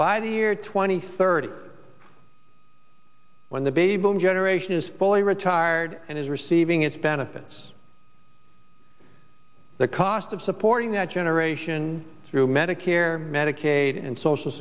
by the year twenty third when the baby boom generation is fully retired and is receiving its benefits the cost of supporting that generation through medicare medicaid and social